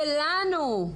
שלנו,